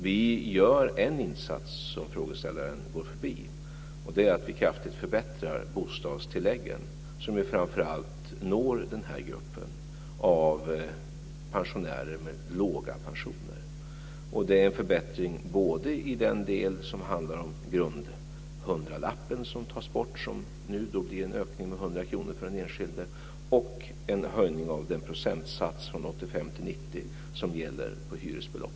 Vi gör en insats som frågeställaren går förbi, och det är att vi kraftigt förbättrar bostadstilläggen, som ju framför allt når gruppen med låga pensioner. Det är en förbättring både genom borttagande av grundhundralappen, vilket innebär en ökning med 100 kr för den enskilde, och en höjning av procentandelen av hyresbeloppet från 85 % till 90 %.